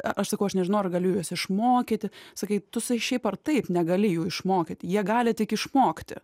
aš sakau aš nežinau ar galiu juos išmokyti sakai tu sai šiaip ar taip negali jų išmokyt jie gali tik išmokti